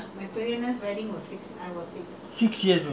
then how old were you for your brother's wedding !huh!